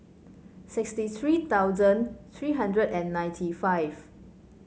sixty three thousand three hundred and ninety five